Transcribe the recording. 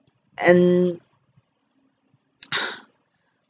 and